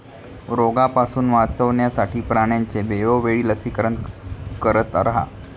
रोगापासून वाचवण्यासाठी प्राण्यांचे वेळोवेळी लसीकरण करत रहा